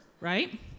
Right